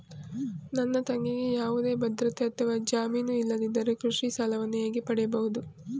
ನನ್ನ ತಂಗಿಗೆ ಯಾವುದೇ ಭದ್ರತೆ ಅಥವಾ ಜಾಮೀನು ಇಲ್ಲದಿದ್ದರೆ ಕೃಷಿ ಸಾಲವನ್ನು ಹೇಗೆ ಪಡೆಯಬಹುದು?